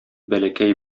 бәләкәй